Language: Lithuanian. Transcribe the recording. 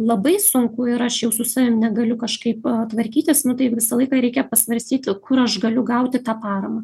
labai sunku ir aš jau su savim negaliu kažkaip tvarkytis nu tai visą laiką reikia pasvarstyti kur aš galiu gauti tą paramą